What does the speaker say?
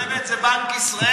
אבל הצולבת זה בנק ישראל.